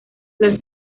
las